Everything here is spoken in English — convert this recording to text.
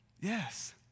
Yes